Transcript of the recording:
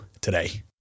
today